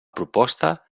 proposta